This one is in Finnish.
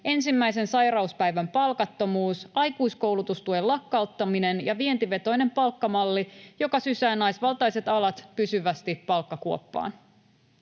ensimmäisen sairauspäivän palkattomuus, aikuiskoulutustuen lakkauttaminen ja vientivetoinen palkkamalli, joka sysää naisvaltaiset alat pysyvästi palkkakuoppaan.